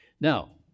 Now